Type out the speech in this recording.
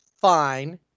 fine